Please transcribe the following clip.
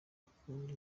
akunda